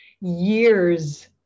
years